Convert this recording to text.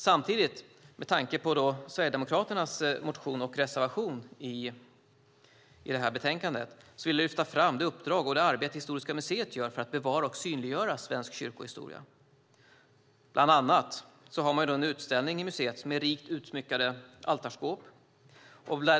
Samtidigt - med tanke på Sverigedemokraternas motion och reservation i betänkandet - vill jag lyfta fram det uppdrag Historiska museet har och det arbete museet gör för att bevara och synliggöra svensk kyrkohistoria. Bland annat har man i museet en utställning med rikt utsmyckade altarskåp.